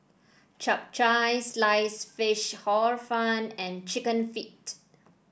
Chap Chai Sliced Fish Hor Fun and chicken feet